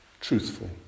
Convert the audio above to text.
truthful